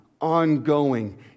ongoing